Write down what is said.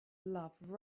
love